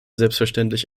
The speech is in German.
selbstverständlich